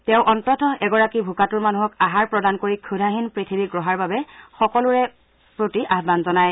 তেওঁ অন্তত ঃ এগৰাকী ভোকাতুৰ মানুহক আহাৰ প্ৰদান কৰি ক্ষুধাহীন পৃথিৱী গঢ়াৰ বাবে সকলোকে আহান জনায়